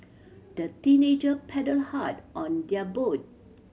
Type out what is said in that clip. the teenager paddled hard on their boat